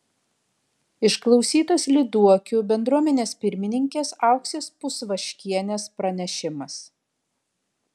išklausytas lyduokių bendruomenės pirmininkės auksės pusvaškienės pranešimas